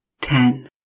ten